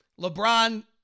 LeBron